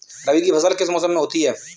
रबी की फसल किस मौसम में होती है?